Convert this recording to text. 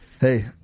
hey